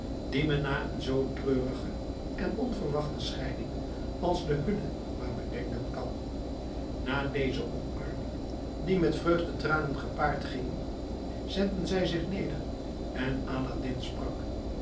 men na een zoo treurige en onverwachte scheiding als de hunne maar bedenken kan na deze omarming die met vreugdetranen gepaard ging zetten zij zich neder en aladdin sprak